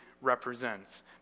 represents